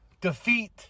defeat